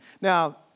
Now